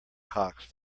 cocks